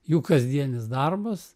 jų kasdienis darbas